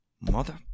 Mother